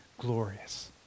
glorious